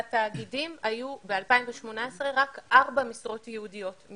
התאגידים, היו ב-2018 רק ארבע משרות ייעודיות.